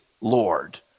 Lord